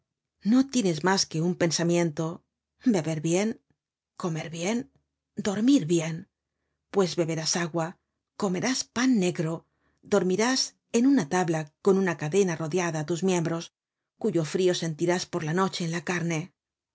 no tienes mas que un pensamiento beber bien comer bien dormir bien pues beberás agua comerás pan negro dormirás en una tabla con una cadena rodeada á tus miembros cuyo frio sentirás por la noche en la carne